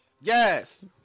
Yes